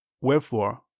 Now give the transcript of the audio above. wherefore